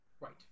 right